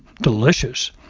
delicious